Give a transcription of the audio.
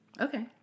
Okay